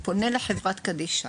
הוא פונה לחברה קדישא,